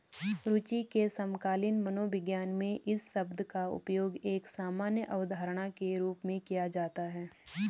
रूचि के समकालीन मनोविज्ञान में इस शब्द का उपयोग एक सामान्य अवधारणा के रूप में किया जाता है